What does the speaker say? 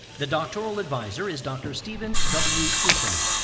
the doctoral advisor is dr. steven w. usselman.